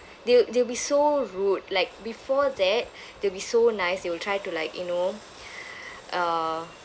they'll they'll be so rude like before that they'll be so nice they will try to like you know uh